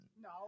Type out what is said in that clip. No